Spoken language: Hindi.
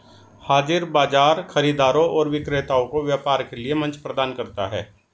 हाज़िर बाजार खरीदारों और विक्रेताओं को व्यापार के लिए मंच प्रदान करता है